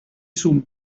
son